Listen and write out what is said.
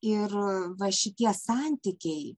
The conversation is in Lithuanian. ir va šitie santykiai